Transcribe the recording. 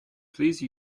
please